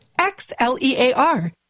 X-L-E-A-R